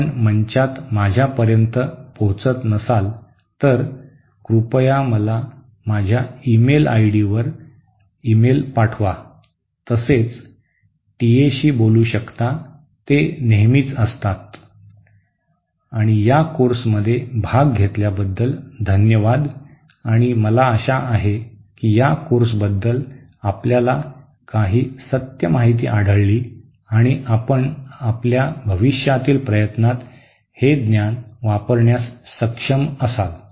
आपण मंचात माझ्यापर्यंत पोहोचत नसाल तर कृपया मला माझ्या ईमेल आयडीवर ईमेल पाठवा तसेच टीएशी बोलू शकता नेहमीच असतात आणि या कोर्समध्ये भाग घेतल्याबद्दल धन्यवाद आणि मला आशा आहे की या कोर्सबद्दल आपल्याला काही सत्य माहिती आढळली आणि आपण आपल्या भविष्यातील प्रयत्नात हे ज्ञान वापरण्यास सक्षम असाल